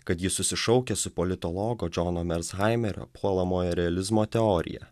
kad ji susišaukia su politologo džono mershaimerio puolamojo realizmo teorija